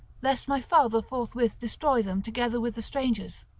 lest my father forthwith destroy them together with the strangers.